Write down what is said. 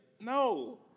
No